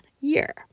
year